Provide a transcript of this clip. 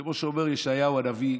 כמו שאומר ישעיהו הנביא,